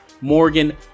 Morgan